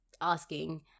asking